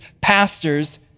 pastors